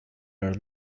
are